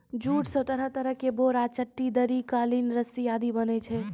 jute स तरह तरह के बोरा, चट्टी, दरी, कालीन, रस्सी आदि बनै छै